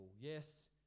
Yes